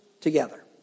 together